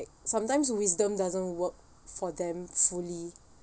sometimes a wisdom doesn't work for them fully